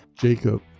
Jacob